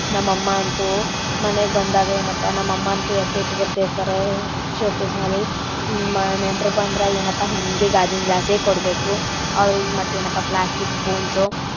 ನಮ್ಮ ಅಮ್ಮ ಅಂತೂ ಮನೆಗೆ ಬಂದಾಗ ಏನಪ್ಪ ನಮ್ಮ ಅಮ್ಮ ಅಂತೂ ಎತ್ತಿಟ್ಬಿಟ್ಟಿರ್ತಾರೆ ಶೋಕೇಸ್ನಲ್ಲಿ ಹಿಂಗ್ ಮ ನೆಂಟ್ರು ಬಂದ್ರೆ ಏನಪ್ಪ ಹೀಗೆ ಗಾಜಿನ ಗ್ಲಾಸೇ ಕೊಡಬೇಕು ಅವ್ರಿಗೆ ಮತ್ತೇನಪ್ಪ ಪ್ಲಾಸ್ಟಿಕ್ ಸ್ಪೂನ್ಸು